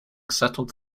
settled